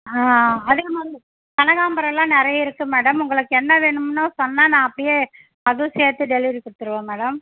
ஆ அதேமாதிரி கனகாம்பரம்லாம் நிறைய இருக்குது மேடம் உங்களுக்கு என்ன வேணும்னு சொன்னால் நான் அப்படியே அதுவும் சேர்த்து டெலிவரி கொடுத்துருவேன் மேடம்